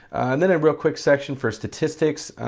and then a real quick section for statistics.